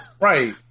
Right